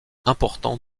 important